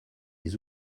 les